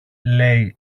λέει